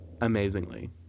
amazingly